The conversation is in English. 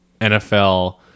NFL